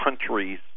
countries